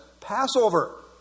Passover